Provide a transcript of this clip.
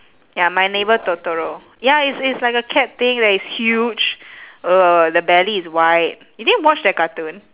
ya my neighbour totoro ya it's it's like a cat thing that is huge uh the belly is white you didn't watch that cartoon